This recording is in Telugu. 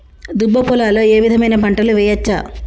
దుబ్బ పొలాల్లో ఏ విధమైన పంటలు వేయచ్చా?